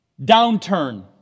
downturn